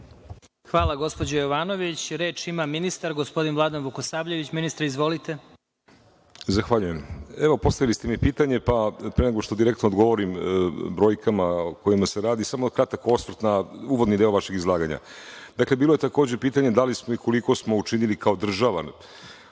Hvala, gospođo Jovanović. Reč ima ministar, gospodin Vladan Vukosavljević. Ministre izvolite. **Vladan Vukosavljević** Evo, postavili ste mi pitanje, pa pre nego što direktno odgovorim o brojkama o kojima se radi, samo kratak osvrt na uvodni deo vašeg izlaganja. Dakle, bilo je takođe i pitanje da li smo i koliko smo učinili kao država